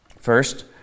First